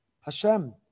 Hashem